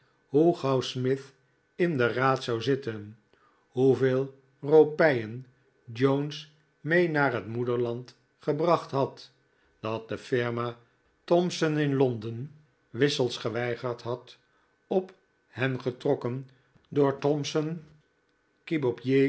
gauw smith in den raad zou zitten hoeveel ropijen jones mee naar het moederland gebracht had dat de firma thomson in londen wissels geweigerd had op hen getrokken door thomson